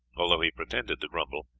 although he pretended to grumble,